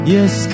Yes